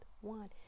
one